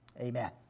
amen